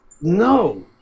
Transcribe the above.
No